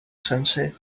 sencer